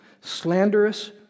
slanderous